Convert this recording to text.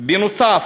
בנוסף,